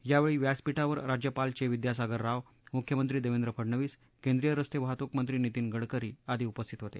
यावेळी व्यासपीठावर राज्यपाल चे विद्यासागर राव मुख्यमंत्री देवेंद्र फडणवीस केंद्रीय रस्ते वाहतूक मंत्री नितीन गडकरी आदि उपस्थित होते